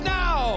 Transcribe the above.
now